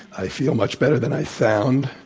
i feel much better than i sound.